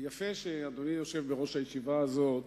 יפה שאדוני יושב בראש הישיבה הזאת,